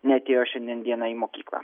neatėjo šiandien dieną į mokyklą